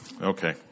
Okay